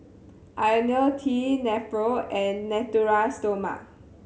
Ionil T Nepro and Natura Stoma